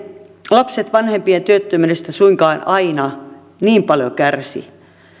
lapset vanhempien työttömyydestä suinkaan aina niin paljon kärsi